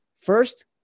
first